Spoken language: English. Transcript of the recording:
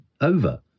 over